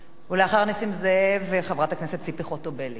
זאב, ולאחר נסים זאב, חברת הכנסת ציפי חוטובלי.